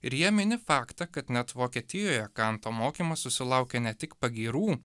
ir jie mini faktą kad net vokietijoje kanto mokymas susilaukė ne tik pagyrų